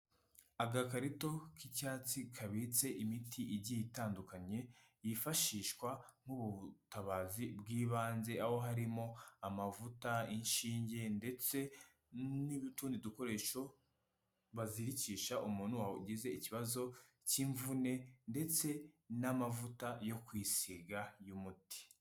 Agakarito k'icyatsi kabitse imiti igiye itandukanye, yifashishwa nk'ubutabazi bw'ibanze, aho harimo amavuta, inshinge ndetse n'utundi dukoresho bazirikisha umuntu wagize ikibazo cy'imvune ndetse n'amavuta yo kwisiga y'umuti.